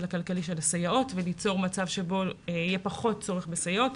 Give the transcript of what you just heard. הכלכלי של הסייעות וליצור מצב שבו יהיה פחות צורך בסייעות,